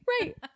Right